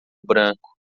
branco